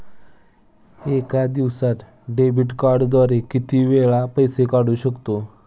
एका दिवसांत डेबिट कार्डद्वारे किती वेळा पैसे काढू शकतो?